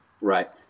right